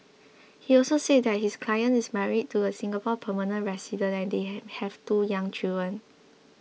he also said that his client is married to a Singapore permanent resident and hey have two young children